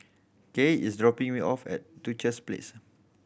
Kaye is dropping me off at Duchess Place